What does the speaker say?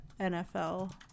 NFL